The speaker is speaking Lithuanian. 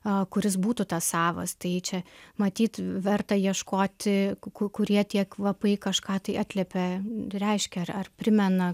a kuris būtų tas savas tai čia matyt verta ieškoti ku ku kurie tie kvapai kažką tai atliepia reiškia ar primena